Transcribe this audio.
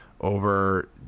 over